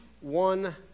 one